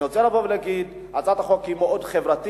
אני רוצה להגיד שהצעת החוק היא מאוד חברתית.